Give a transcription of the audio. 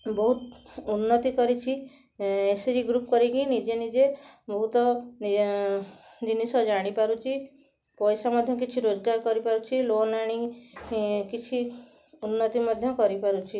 ବହୁତ ଉନ୍ନତି କରିଛି S A G E group କରିକି ନିଜେ ନିଜେ ବହୁତ ଇଏ ଜିନିଷ ଜାଣିପାରୁଛି ପଇସା ମଧ୍ୟ କିଛି ରୋଜଗାର କରିପାରୁଛି ଲୋନ ଆଣି ଏଁ କିଛି ଉନ୍ନତି ମଧ୍ୟ କରିପାରୁଛି